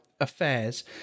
affairs